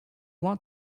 want